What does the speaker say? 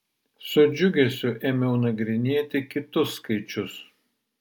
su džiugesiu ėmiau nagrinėti kitus skaičius